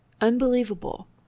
Unbelievable